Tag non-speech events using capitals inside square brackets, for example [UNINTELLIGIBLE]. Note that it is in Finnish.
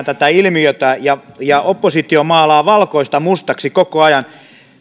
[UNINTELLIGIBLE] tätä ilmiötä ja ja oppositio maalaa valkoista mustaksi koko ajan